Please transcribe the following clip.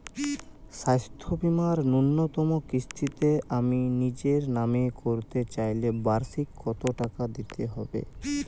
স্বাস্থ্য বীমার ন্যুনতম কিস্তিতে আমি নিজের নামে করতে চাইলে বার্ষিক কত টাকা দিতে হবে?